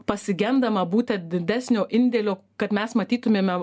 pasigendama būtent didesnio indėlio kad mes matytumėme